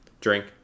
drink